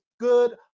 good